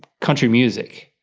country music